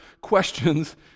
questions